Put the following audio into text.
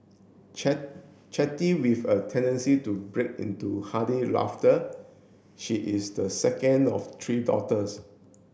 Chatty with a tendency to break into hearty laughter she is the second of three daughters